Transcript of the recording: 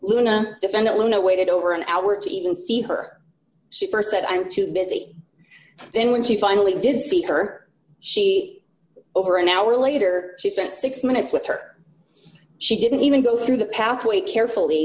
luna defended luna waited over an hour to even see her she st said i'm too busy then when she finally did see her she over an hour later she spent six minutes with her she didn't even go through the pathway carefully